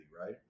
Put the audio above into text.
right